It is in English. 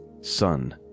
son